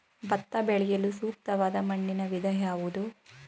ಭತ್ತ ಬೆಳೆಯಲು ಸೂಕ್ತವಾದ ಮಣ್ಣಿನ ವಿಧ ಯಾವುದು?